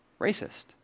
racist